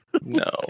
No